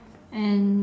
and